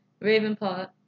Ravenpaw